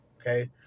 Okay